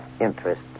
interest